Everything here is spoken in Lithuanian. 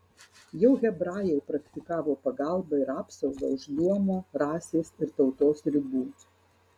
jau hebrajai praktikavo pagalbą ir apsaugą už luomo rasės ir tautos ribų